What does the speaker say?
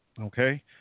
Okay